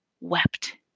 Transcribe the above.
wept